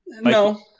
No